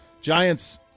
giants